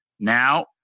Now